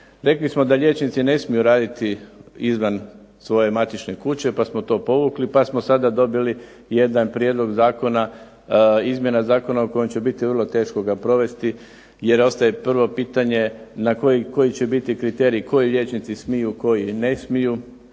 Rekli smo da liječnici ne smiju raditi izvan svoje matične kuće pa smo to povukli pa smo sada dobili jedan prijedlog izmjena zakona o kojem će biti vrlo teško ga provesti jer ostaje prvo pitanje na koji će biti kriterij, koji liječnici smiju, koji ne smiju